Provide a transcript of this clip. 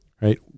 right